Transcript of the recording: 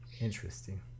Interesting